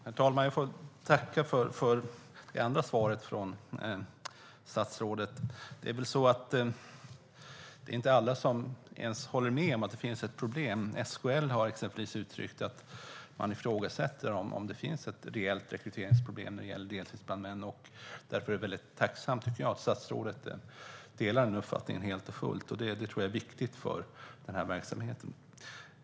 Herr talman! Jag får tacka för ytterligare svar från statsrådet. Det är väl inte alla som ens håller med om att det finns ett problem. SKL har exempelvis uttryckt att man ifrågasätter om det finns ett reellt rekryteringsproblem när det gäller deltidsbrandmän. Därför tycker jag att det är tacksamt att statsrådet delar den uppfattningen helt och fullt - det tror jag är viktigt för verksamheten.